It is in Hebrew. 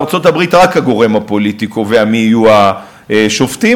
בארצות-הברית רק הגורם הפוליטי קובע מי יהיו השופטים.